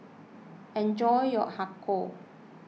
enjoy your Har Kow